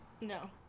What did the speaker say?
No